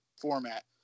format